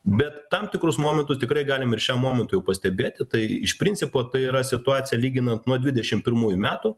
bet tam tikrus momentus tikrai galim ir šiam momentui pastebėti tai iš principo tai yra situacija lyginant nuo dvidešim pirmųjų metų